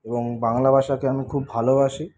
এবং বাংলা ভাষাকে আমি খুব ভালোবাসি